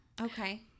Okay